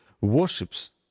worships